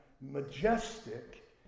majestic